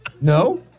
No